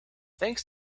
thanks